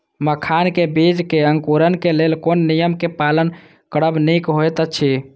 मखानक बीज़ क अंकुरन क लेल कोन नियम क पालन करब निक होयत अछि?